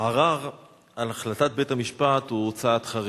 ערר על החלטת בית-המשפט הוא צעד חריג,